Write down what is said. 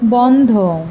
বন্ধ